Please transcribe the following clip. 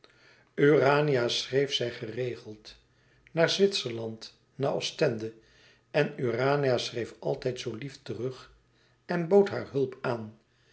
urania schreef zij geregeld naar zwitserland naar ostende en urania schreef altijd zoo lief terug en bood hare hulp aan